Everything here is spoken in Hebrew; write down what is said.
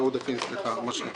שאלה.